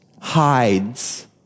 hides